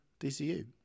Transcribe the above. DCU